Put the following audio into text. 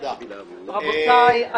רבותיי,